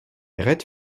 red